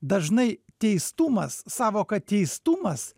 dažnai teistumas sąvoka teistumas